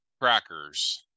crackers